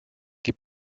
gib